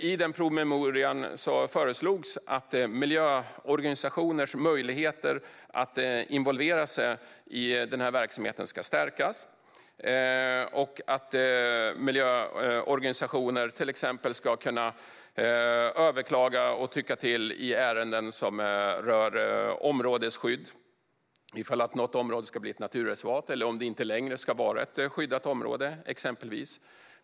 I promemorian föreslogs att miljöorganisationers möjligheter att involvera sig i den här verksamheten ska stärkas och att miljöorganisationer ska kunna överklaga och tycka till i ärenden som rör områdesskydd, till exempel om något område ska bli naturreservat eller om det inte längre ska vara ett skyddat område.